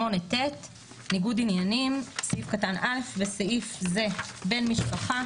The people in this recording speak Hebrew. ניגוד עניינים 8ט. (א)"בסעיף זה "בן משפחה"